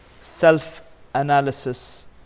Self-analysis